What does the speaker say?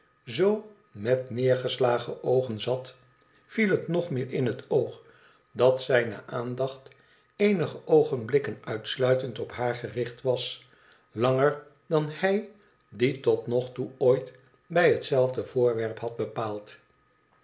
zoo met neergeslagen oogen zat viel het nog meer in het oog dat zijne aandacht eenige oogenblikken uitsluitend op haar gericht was langer dan hij die tot nog toe ooit bij hetzelfde voorwerp had bepaald